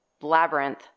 Labyrinth